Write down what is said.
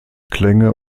klänge